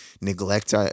neglect